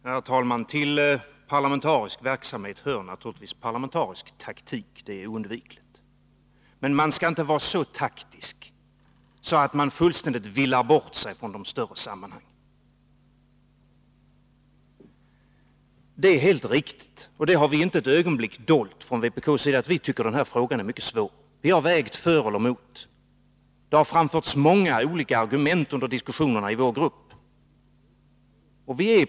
Herr talman! Till parlamentarisk verksamhet hör naturligtvis parlamentarisk taktik — det är oundvikligt. Men man skall inte vara så taktisk att man fullständigt villar bort sig från de större sammanhangen. Vi från vpk har inte för ett ögonblick dolt att vi anser att den här frågan är mycket svår. Vi har vägt för och emot. Många olika argument har framförts under diskussionerna i vår grupp.